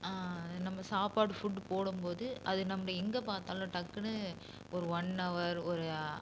நம்ப சாப்பாடு ஃபுட்டு போடும்போது அது நம்ப எங்கே பார்த்தாலும் டக்குனு ஒரு ஒன் ஹவர் ஒரு